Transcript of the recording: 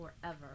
forever